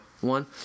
One